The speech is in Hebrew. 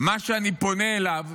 אני פונה אליו,